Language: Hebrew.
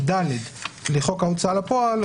7(ד) לחוק ההוצאה לפועל,